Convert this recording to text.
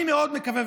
אני מאוד מקווה,